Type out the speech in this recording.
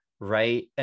right